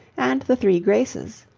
and the three graces.